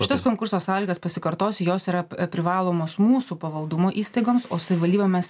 šitas konkurso sąlygas pasikartosiu jos yra privalomos mūsų pavaldumo įstaigoms o savivaldybėm mes